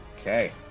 Okay